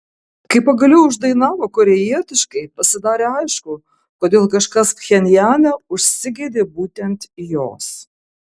kai pagaliau uždainavo korėjietiškai pasidarė aišku kodėl kažkas pchenjane užsigeidė būtent jos